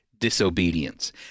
Disobedience